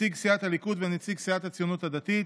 נציג סיעת הליכוד, נציג סיעת הציונות הדתית,